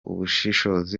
ubushishozi